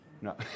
No